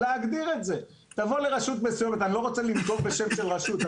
אני לא רוצה לנקוב בשם של רשות,